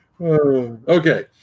okay